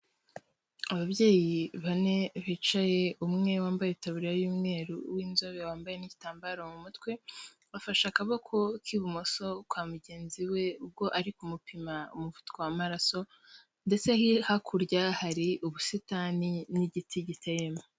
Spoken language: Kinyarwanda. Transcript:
Ababyeyi bane bicaye umwe wambaye itaburiya y'umweru w'inzobe wambaye n'igitambaro mu mutwe, afashe akaboko k'ibumoso kwa mugenzi we, ubwo ari kumupima umuvuduko w'amaraso ndetse hakurya hari ubusitani n'igiti giteyemo.